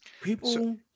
People